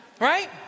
Right